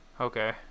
Okay